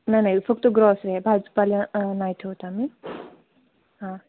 नाही नाही फक्त ग्रॉसरी आहे भाजीपाला नाही ठेवत आम्ही हां